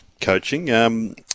coaching